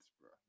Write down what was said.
bro